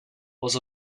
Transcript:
was